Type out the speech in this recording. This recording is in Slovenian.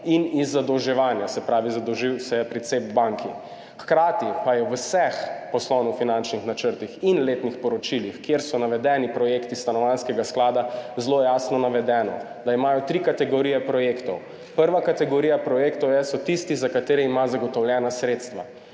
in z zadolževanjem, se pravi zadolžil se je pri banki CEB. Hkrati pa je v vseh poslovno-finančnih načrtih in letnih poročilih, kjer so navedeni projekti Stanovanjskega sklada, zelo jasno navedeno, da imajo tri kategorije projektov. Prva kategorija projektov so tisti, za katere ima zagotovljena sredstva.